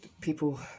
people